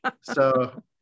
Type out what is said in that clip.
So-